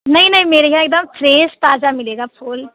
नहीं नहीं मेरे यहाँ एकदम फ़्रेस ताजा मिलेगा फूल